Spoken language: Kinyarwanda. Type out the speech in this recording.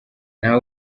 nta